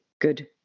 good